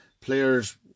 players